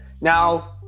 Now